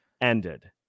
ended